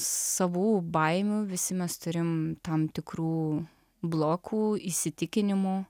savų baimių visi mes turim tam tikrų blokų įsitikinimų